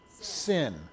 sin